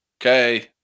Okay